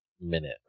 minute